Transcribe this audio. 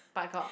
but got